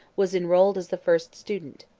was enrolled as the first student.